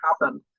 happen